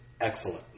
excellent